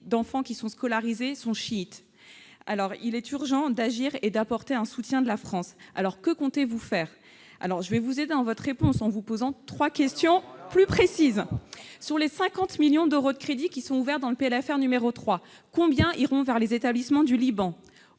d'enfants qui sont scolarisés sont chiites. Il est urgent d'agir et d'apporter le soutien de la France. Que comptez-vous faire ? Monsieur le ministre, je vais vous aider dans votre réponse en vous posant trois questions plus précises. Sur les 50 millions d'euros de crédits ouverts dans le PLFR 3, combien iront vers les établissements du Liban ?